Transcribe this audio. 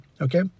okay